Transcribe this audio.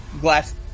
glass